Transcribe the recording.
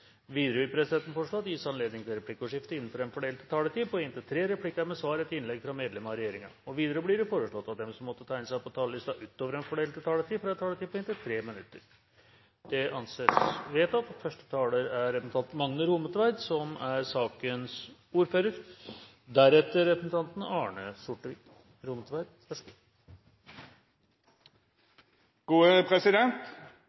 Videre vil presidenten foreslå at det gis anledning til replikkordskifte på inntil tre replikker med svar etter innlegg fra medlem av regjeringen innenfor den fordelte taletid. Videre blir det foreslått at de som måtte tegne seg på talerlisten utover den fordelte taletid, får en taletid på inntil 3 minutter. – Det anses vedtatt. I et moderne samfunn er